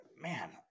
man